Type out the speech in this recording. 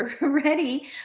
ready